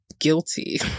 guilty